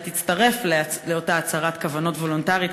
תצטרף לאותה הצהרת כוונות וולונטרית,